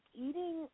eating